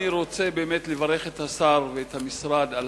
אני רוצה באמת לברך את השר ואת המשרד על